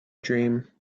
dream